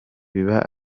biba